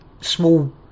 small